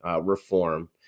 reform